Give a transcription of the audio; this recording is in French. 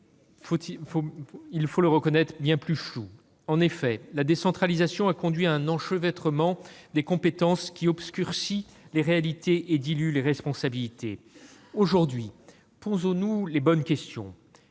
il faut le reconnaître -, bien plus floues. En effet, la décentralisation a conduit à un enchevêtrement des compétences, qui obscurcit les réalités et dilue les responsabilités. Aujourd'hui, posons-nous les bonnes questions.